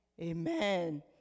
Amen